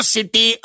City